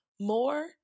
More